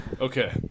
Okay